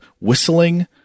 whistling